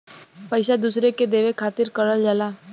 पइसा दूसरे के देवे खातिर करल जाला